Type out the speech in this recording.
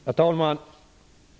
Herr talman!